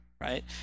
right